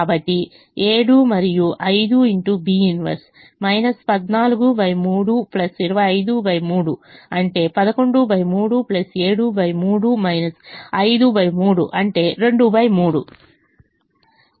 కాబట్టి 7 మరియు 14 3 253 అంటే 113 73 53 అంటే 23